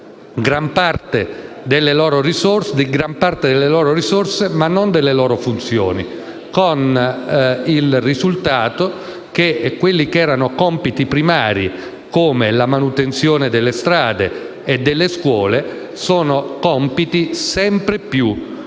gran parte delle loro risorse ma non delle loro funzioni, con il risultato che quelli che erano compiti primari, come la manutenzione delle strade e delle scuole, sono compiti sempre più dimenticati.